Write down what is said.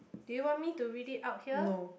do you want me to read it out here